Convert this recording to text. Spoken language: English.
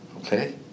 okay